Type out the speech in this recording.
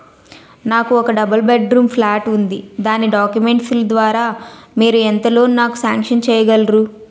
నాకు ఒక double bedroom flat ఉంది దాని డాక్యుమెంట్స్ లు ద్వారా మీరు ఎంత లోన్ నాకు సాంక్షన్ చేయగలరు?